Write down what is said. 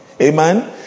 Amen